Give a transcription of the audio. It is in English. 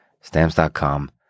stamps.com